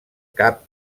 cap